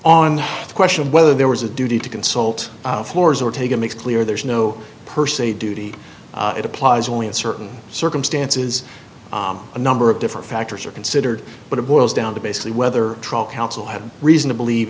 on the question of whether there was a duty to consult floors or take it makes clear there's no per se duty it applies only in certain circumstances a number of different factors are considered but it boils down to basically whether trial counsel had reason to believe